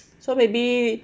so maybe